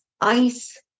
ice